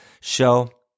show